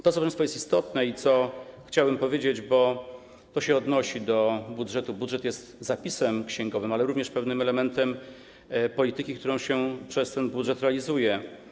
Proszę państwa, jest to istotne i chciałbym o tym powiedzieć, bo to się odnosi do budżetu, że budżet jest zapisem księgowym, ale również pewnym elementem polityki, którą się przez ten budżet realizuje.